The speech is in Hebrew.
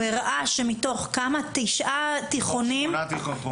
הוא הראה שמתוך שמונה תיכונים,